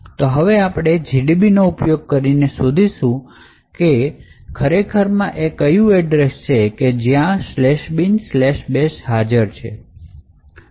તો હવે આપણે gdb નો ઉપયોગ કરીને શોધી શું કે ખરેખરમાં એ કયું એડ્રેસ છે કે જ્યાં binbash હાજર છે